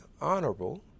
Honorable